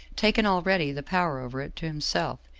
taken already the power over it to himself,